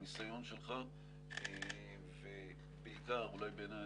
הניסיון שלך ובעיקר בעיניי,